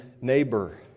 neighbor